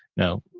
no